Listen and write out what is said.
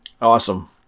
Awesome